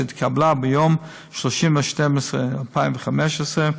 שהתקבלה ביום 30 בדצמבר 2015,